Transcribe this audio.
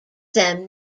them